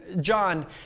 John